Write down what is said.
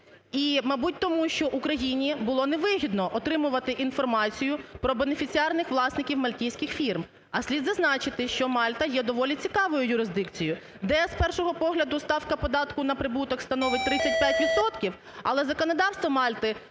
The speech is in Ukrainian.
І мабуть тому, що Україні було не вигідно отримувати інформацію про бенефіціарних власників мальтійських фірм, а слід зазначити, що Мальта є доволі цікавою юрисдикцією, з першого погляду, ставка податку на прибуток становить 35 відсотків. Але законодавство Мальти